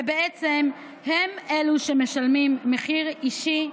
ובעצם הם אלו שמשלמים מחיר אישי,